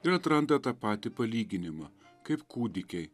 ir atranda tą patį palyginimą kaip kūdikiai